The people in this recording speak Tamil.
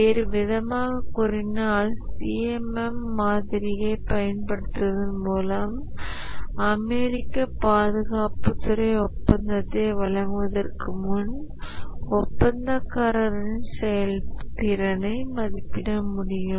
வேறுவிதமாகக் கூறினால் CMM மாதிரியைப் பயன்படுத்துவதன் மூலம் அமெரிக்க பாதுகாப்புத் துறை ஒப்பந்தத்தை வழங்குவதற்கு முன் ஒப்பந்தக்காரரின் செயல்திறனை மதிப்பிட முடியும்